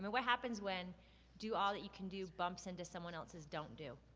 what happens when do all that you can do bumps into someone else's don't do?